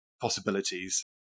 possibilities